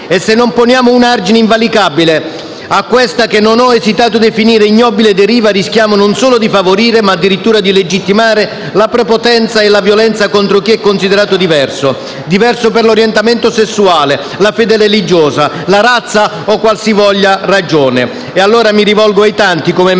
e, se non poniamo un argine invalicabile a questa che non ho esitato a definire ignobile deriva, rischiamo non solo di favorire, ma addirittura di legittimare la prepotenza e la violenza contro chi è considerato diverso per l'orientamento sessuale, la fede religiosa, la razza o qualsivoglia ragione. Mi rivolgo dunque ai tanti, come me,